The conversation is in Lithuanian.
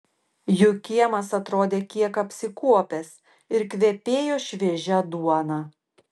jų kiemas atrodė kiek apsikuopęs ir kvepėjo šviežia duona